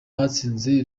hatsinze